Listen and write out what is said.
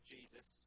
Jesus